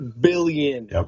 billion